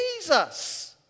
Jesus